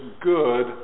good